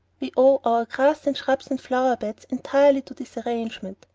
we owe our grass and shrubs and flower-beds entirely to this arrangement,